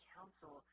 Council